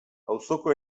auzoko